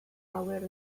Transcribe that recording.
awyr